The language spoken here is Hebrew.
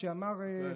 כן.